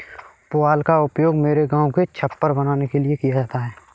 पुआल का उपयोग मेरे गांव में छप्पर बनाने के लिए किया जाता है